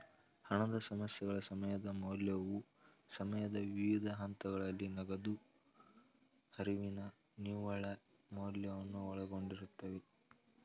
ಹಣದ ಸಮಸ್ಯೆಗಳ ಸಮಯದ ಮೌಲ್ಯವು ಸಮಯದ ವಿವಿಧ ಹಂತಗಳಲ್ಲಿ ನಗದು ಹರಿವಿನ ನಿವ್ವಳ ಮೌಲ್ಯವನ್ನು ಒಳಗೊಂಡಿರುತ್ತೆ